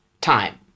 time